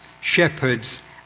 shepherds